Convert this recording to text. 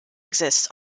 exists